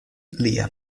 lia